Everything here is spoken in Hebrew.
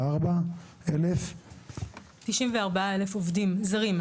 94,000. 94,000 עובדים זרים,